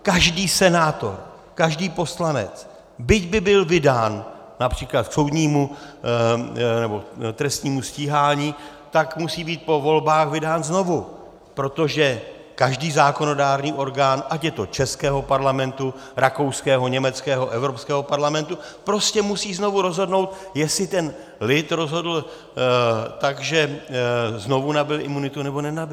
Každý senátor, každý poslanec, byť by byl vydán například k trestnímu stíhání, tak musí být po volbách vydán znovu, protože každý zákonodárný orgán, ať je to českého parlamentu, rakouského, německého, Evropského parlamentu, prostě musí znovu rozhodnout, jestli ten lid rozhodl tak, že znovu nabyl imunitu, nebo nenabyl.